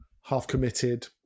half-committed